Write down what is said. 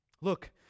Look